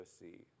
see